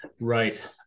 right